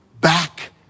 back